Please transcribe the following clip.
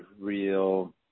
real